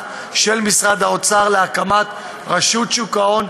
של משרד האוצר להקמת רשות שוק ההון,